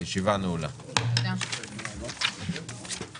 התשל"ה 1975 אושרה.